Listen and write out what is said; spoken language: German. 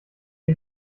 die